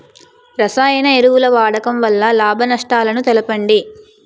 రసాయన ఎరువుల వాడకం వల్ల లాభ నష్టాలను తెలపండి?